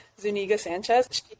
Zuniga-Sanchez